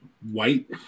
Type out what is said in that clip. White